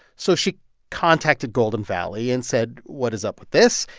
so she contacted golden valley and said, what is up with this?